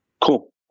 Cool